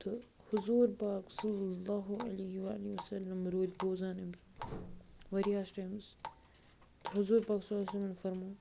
تہٕ حضوٗر پاک صَلی اللہُ عِلَیہ وعلیہ وَسَلم روٗدۍ بوزان أمۍ سُنٛد واریاہَس ٹایمس تہٕ حضوٗر پاک صَلی اللہُ عِلَیہ وَسَلم فرمو